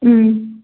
ம்